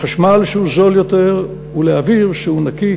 לחשמל שהוא זול יותר ולאוויר שהוא נקי